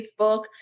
Facebook